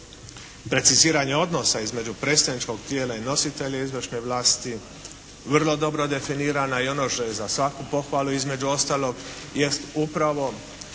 preciziranje odnosa između predstavničkog tijela i nositelja izvršne vlasti vrlo dobro definirana i ono što je za svaku pohvalu između ostalog jest upravo